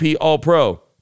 All-Pro